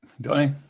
Donny